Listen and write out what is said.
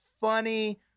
funny